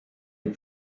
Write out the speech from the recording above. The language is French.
les